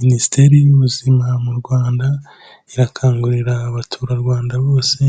Minisiteri y'Ubuzima mu Rwanda irakangurira abaturarwanda bose